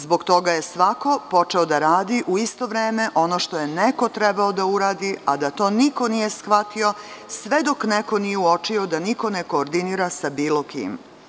Zbog toga je svako počeo da radi u isto vreme ono što je neko trebao da uradi, a da to niko nije shvatio sve dok neko nije uočio da niko ne koordinira sa bilo kim.